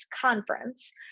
Conference